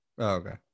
Okay